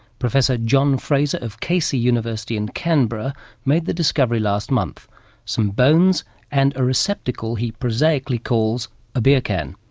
professor john fraser of casey university in canberra made the discovery last month some bones and a receptacle he prosaically calls a beer can.